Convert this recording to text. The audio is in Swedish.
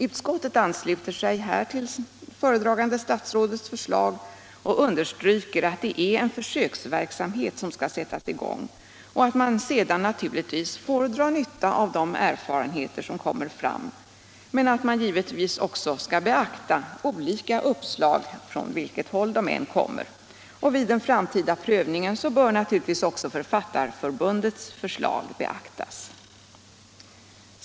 Utskottet ansluter sig till föredragande statsrådets förslag och understryker att det är en försöksverksamhet som skall sättas i gång samt att man sedan naturligtvis får dra nytta av de erfarenheter som ges och de olika uppslag som kommer fram. Vid den framtida prövningen bör således också Författarförbundets förslag beaktas.